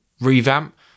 revamp